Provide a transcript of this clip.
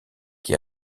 qui